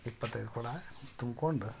ಇಪ್ಪತ್ತೈದು ಕೊಡ ತುಂಬ್ಕೊಂಡು